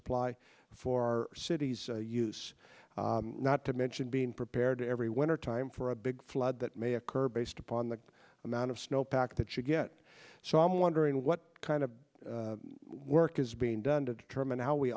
supply for our cities use not to mention being prepared to every winter time for a big flood that may occur based upon the amount of snow pack that you get so i'm wondering what kind of work is being done to determine how we